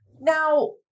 now